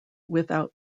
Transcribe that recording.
without